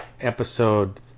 episode